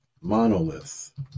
monolith